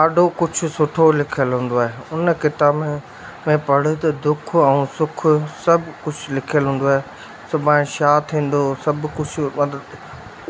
ॾाढो कुझु सुठो लिखियलु हूंदो आहे उन किताब में पढ़ त दुख ऐं सुख सभु कुझु लिखियलु हूंदो आहे सुभाणे छा थींदो सभु कुझु वधि